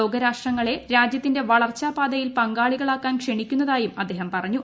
ലോകരാഷ്ട്രങ്ങളെ രാജ്യത്തിന്റെ വളർച്ചാ പാതയിൽ പങ്കാളികളാകാൻ ക്ഷണിക്കുന്നതായും അദ്ദേഹം പറഞ്ഞു